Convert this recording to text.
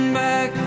back